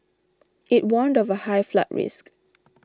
it warned of a high flood risk